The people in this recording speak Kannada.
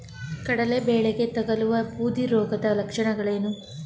ಕಡಲೆ ಬೆಳೆಗೆ ತಗಲುವ ಬೂದಿ ರೋಗದ ಲಕ್ಷಣಗಳನ್ನು ತಿಳಿಸಿ?